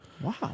Wow